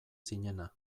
zinena